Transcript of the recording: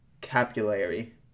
capillary